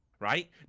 right